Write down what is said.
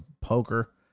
poker